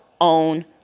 own